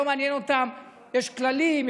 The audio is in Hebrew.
לא מעניין אותם אם יש כללים,